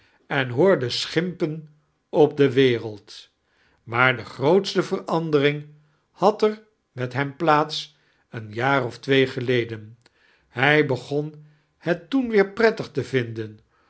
en hoard scihimpen op de wereld maar de girootst verandeiring had er met hem plaa ts een jaar of twee geleden hij begon het toen wear prettig te vdndem